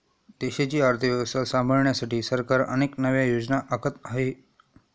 देशाची अर्थव्यवस्था सांभाळण्यासाठी सरकार अनेक नव्या योजना आखत आहे